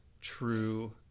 true